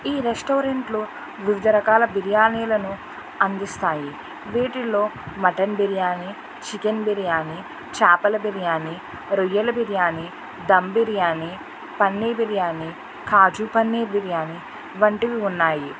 ఈ రెస్టారెంట్లో వివిధ రకాల బిర్యానీలను అందిస్తాయి వీటిలో మటన్ బిర్యానీ చికెన్ బిర్యానీ చేపల బిర్యానీ రొయ్యల బిర్యానీ థమ్ బిర్యానీ పన్నీర్ బిర్యానీ కాజు పన్నీర్ బిర్యానీ వంటివి ఉన్నాయి